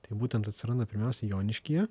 tai būtent atsiranda pirmiausia joniškyje